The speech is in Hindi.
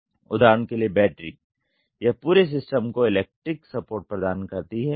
उदाहरण के लिए बैटरी यह पूरे सिस्टम को इलेक्ट्रिक सपोर्ट प्रदान करती है